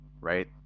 right